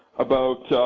about.